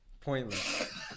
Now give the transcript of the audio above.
pointless